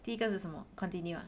第一个是什么 continue ah